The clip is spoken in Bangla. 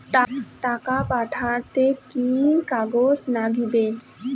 টাকা পাঠাইতে কি কাগজ নাগীবে?